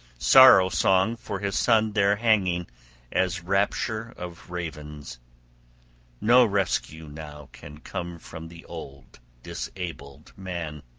sorrow-song for his son there hanging as rapture of ravens no rescue now can come from the old, disabled man!